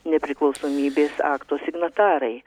nepriklausomybės akto signatarai